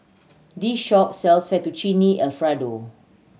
this shop sells Fettuccine Alfredo